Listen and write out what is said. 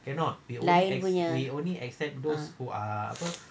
lain punya